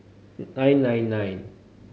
nine nine nine